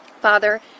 Father